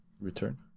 Return